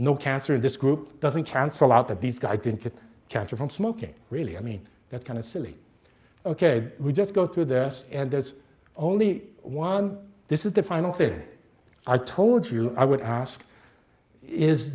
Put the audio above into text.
no cancer in this group doesn't cancel out that these guy didn't get cancer from smoking really i mean that's kind of silly we just go through this and there's only one this is the final thing i told you i would ask is